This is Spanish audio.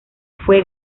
fue